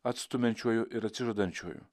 atstumiančiuoju ir atsižadančiuoju